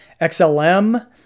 XLM